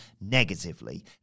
negatively